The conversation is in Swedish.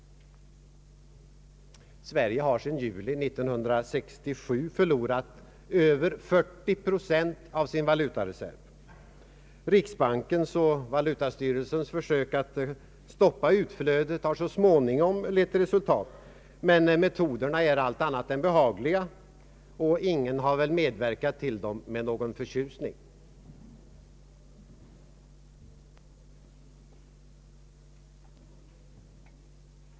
Sverige har sedan juli 1967 förlorat över 40 procent av sin valutareserv. Riksbankens och valutastyrelsens försök att stoppa utflödet har så småningom lett till resultat, men metoderna är allt annat än behagliga, och ingen torde ha medverkat till dem med någon förtjusning.